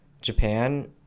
Japan